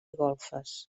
golfes